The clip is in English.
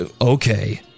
Okay